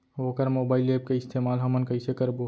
वोकर mobile app के इस्तेमाल हमन कइसे करबो?